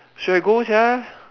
should have go sia